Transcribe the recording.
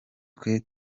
twe